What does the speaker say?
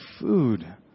food